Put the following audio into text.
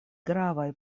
gravaj